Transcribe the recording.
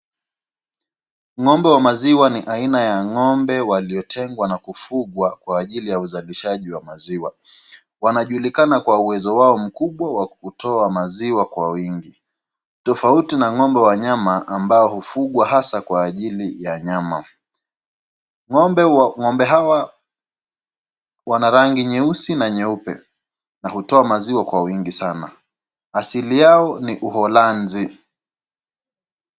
Ngombe wa maziwa ni aina ya ng'ombe waliotengwa na kufungwa kwa ajili ya usafishaji wa maziwa. Wanajulikana kwa uwezo wao mkubwa wa kutoa maziwa kwa wingi tofauti na ng'ombe ya nyama ambao hufungwa hasa kwa anjili ya nyama. Ng'ombe hawa wana rangi nyeusi na nyeupe na hutoa maziwa kwa wingi sana. Asili yao ni uhoranzi.